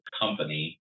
company